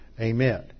Amen